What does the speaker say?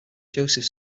joseph